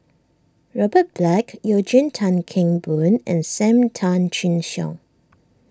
Robert Black Eugene Tan Kheng Boon and Sam Tan Chin Siong